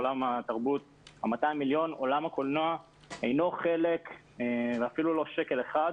עולם הקולנוע הוא לא חלק מ-200 מיליון השקלים ואפילו לא בשקל אחד.